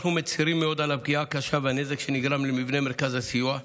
אנחנו מצירים מאוד על הפגיעה הקשה והנזק שנגרם למבנה מרכז הסיוע.